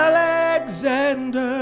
Alexander